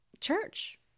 church